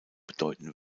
bedeuten